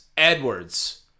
Edwards